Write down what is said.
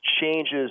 changes